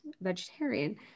vegetarian